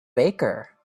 baker